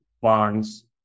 bonds